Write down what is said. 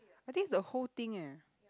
I think it's the whole thing leh